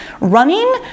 Running